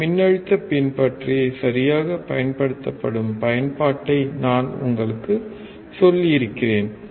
இந்த மின்னழுத்த பின்பற்றியை சரியாகப் பயன்படுத்தப்படும் பயன்பாட்டை நான் உங்களுக்குச் சொல்லியிருக்கிறேன்